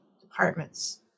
departments